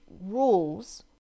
rules